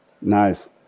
Nice